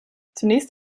zunächst